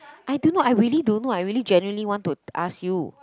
I don't know I really don't know I really genuinely want to ask you